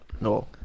no